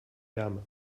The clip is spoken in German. wärme